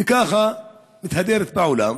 וככה מתהדרת בעולם,